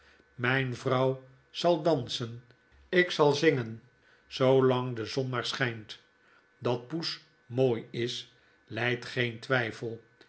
mp vrouw zal dansen ik zal zingen zoolang de zon maar schpt dat poes mooi is lydt geen twjjfel